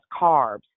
carbs